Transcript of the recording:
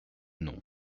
nom